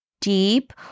deep